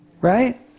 Right